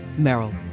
Merrill